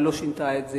ולא שינתה את זה.